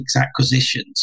acquisitions